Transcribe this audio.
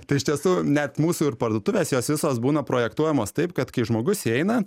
tai iš tiesų net mūsų ir parduotuvės jos visos būna projektuojamos taip kad kai žmogus įeina